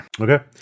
okay